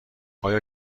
آیا